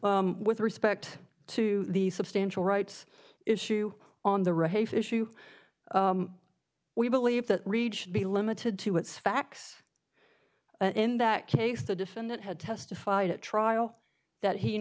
is with respect to the substantial rights issue on the ready for issue we believe that reid should be limited to what's facts in that case the defendant had testified at trial that he